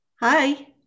Hi